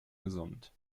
gesund